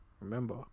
remember